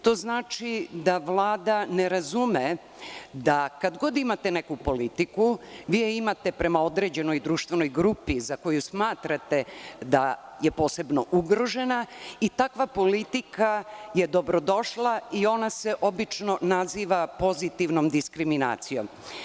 To znači da Vlada ne razume da kad god imate neku politiku, vi je imate prema određenoj društvenoj grupi za koju smatrate da je posebno ugrožena i takva politika je dobrodošla i ona se obično naziva pozitivnom diskriminacijom.